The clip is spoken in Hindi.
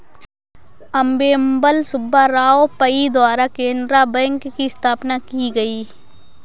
अम्मेम्बल सुब्बा राव पई द्वारा केनरा बैंक की स्थापना की गयी